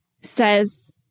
says